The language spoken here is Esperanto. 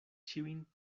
ĉiujn